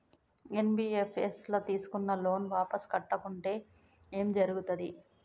NBFS ల తీస్కున్న loan వాపస్ కట్టకుంటే ఏం జర్గుతది?